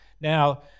Now